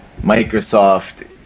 Microsoft